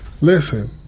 listen